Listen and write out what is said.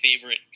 favorite